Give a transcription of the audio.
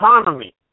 economy